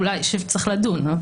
שצריך לדון.